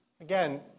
Again